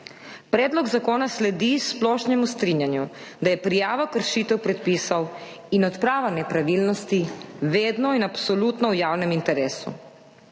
Predlog zakona sledi splošnemu strinjanju, da je prijava kršitev predpisov in odprava nepravilnosti vedno in absolutno v javnem interesu.